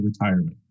retirement